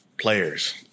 players